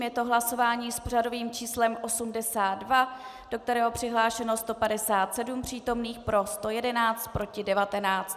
Je to hlasování s pořadovým číslem 82, do kterého je přihlášeno 157 přítomných, pro 111, proti 19.